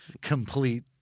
complete